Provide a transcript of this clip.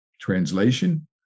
Translation